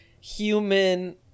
human